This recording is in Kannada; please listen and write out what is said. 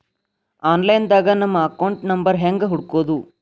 ಆನ್ಲೈನ್ ದಾಗ ನಮ್ಮ ಅಕೌಂಟ್ ನಂಬರ್ ಹೆಂಗ್ ಹುಡ್ಕೊದು?